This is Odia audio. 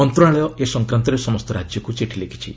ମନ୍ତ୍ରଣାଳୟ ଏ ସଂକ୍ରାନ୍ତରେ ସମସ୍ତ ରାଜ୍ୟକୁ ଚିଠି ଲେଖିଛି